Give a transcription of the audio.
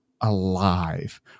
alive